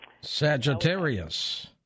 Sagittarius